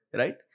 right